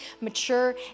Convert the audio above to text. mature